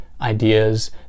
ideas